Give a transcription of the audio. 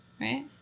Right